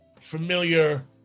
familiar